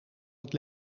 het